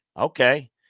Okay